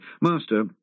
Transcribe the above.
Master